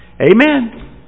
Amen